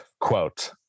quote